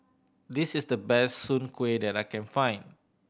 this is the best soon kway that I can find